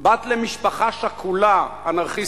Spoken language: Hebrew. "בת למשפחה שכולה 'אנרכיסטית'